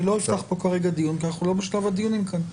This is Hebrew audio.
אני לא אפתח פה כרגע דיון כי אנחנו לא בשלב הדיונים כאן,